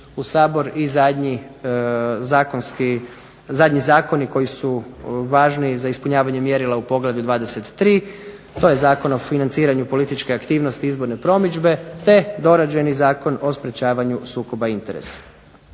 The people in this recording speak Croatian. u Sabor i zadnji zakoni koji su važni za ispunjavanje mjerila u Poglavlju 23. To je Zakon o financiranju političke aktivnosti izborne promidžbe te dorađeni Zakon o sprečavanju sukoba interesa.